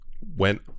Went